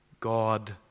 God